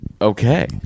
okay